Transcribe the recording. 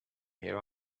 here